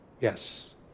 Yes